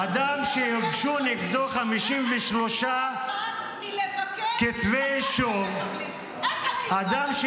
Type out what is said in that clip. אדם שהוגשו נגדו 53 כתבי אישום -- איך